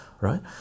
right